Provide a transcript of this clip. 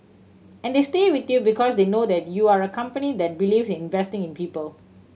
and they stay with you because they know that you are a company that believes in investing in people